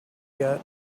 yet